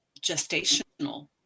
gestational